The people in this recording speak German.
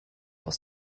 aus